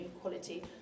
quality